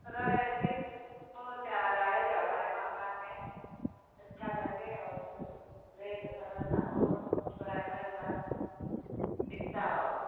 colour ऐसे वो चाह रहा है जो हमारे मकान में अच्छा लगे और जो रेड कलर का हो कुछ प्राइमर व्राइमर बिकता हो